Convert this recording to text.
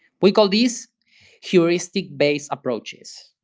we call these heuristic-based approaches.